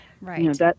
right